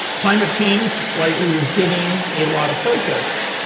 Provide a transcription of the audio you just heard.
climate change rightly is getting a lot of focus,